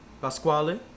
Pasquale